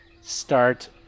start